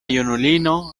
junulino